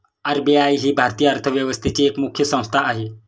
RBI ही भारतीय अर्थव्यवस्थेची एक मुख्य संस्था आहे